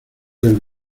del